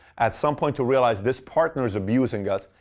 at some point to realize this partner's abusing us.